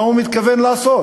מה הוא מתכוון לעשות?